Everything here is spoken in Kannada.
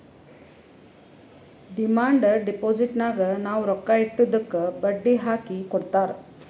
ಡಿಮಾಂಡ್ ಡಿಪೋಸಿಟ್ನಾಗ್ ನಾವ್ ರೊಕ್ಕಾ ಇಟ್ಟಿದ್ದುಕ್ ಬಡ್ಡಿ ಹಾಕಿ ಕೊಡ್ತಾರ್